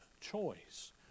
choice